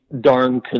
darn